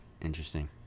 Interesting